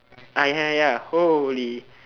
ah ya ya ya holy